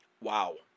Wow